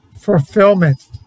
fulfillment